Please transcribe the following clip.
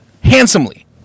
Handsomely